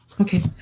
Okay